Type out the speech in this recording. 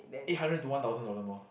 eight hundred to one thousand dollar more